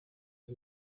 ari